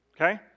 Okay